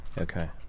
okay